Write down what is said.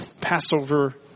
Passover